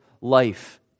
life